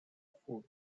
phone